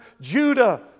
Judah